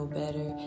better